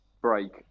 break